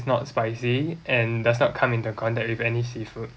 not spicy and does not come into contact with any seafood